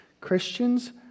Christians